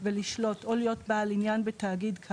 ולשלוט או להיות בעל עניין כאמור,